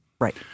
Right